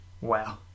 Wow